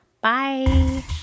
Bye